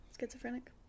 schizophrenic